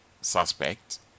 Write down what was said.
suspect